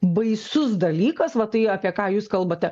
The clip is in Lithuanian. baisus dalykas va tai apie ką jūs kalbate